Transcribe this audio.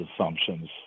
assumptions